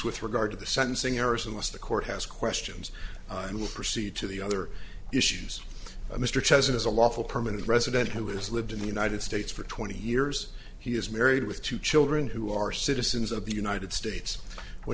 with regard to the sentencing errors unless the court has questions and will proceed to the other issues mr chosen is a lawful permanent resident who has lived in the united states for twenty years he is married with two children who are citizens of the united states when